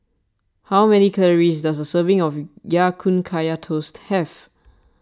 how many calories does a serving of Ya Kun Kaya Toast have